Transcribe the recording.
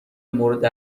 مورد